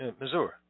Missouri